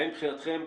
האם מבחינתכם,